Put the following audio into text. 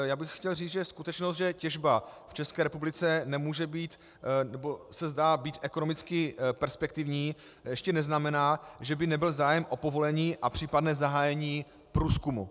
Já bych chtěl říci, že skutečnost, že těžba v České republice nemůže být, nebo se nezdá být ekonomicky perspektivní, ještě neznamená, že by nebyl zájem o povolení a případné zahájení průzkumu.